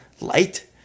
light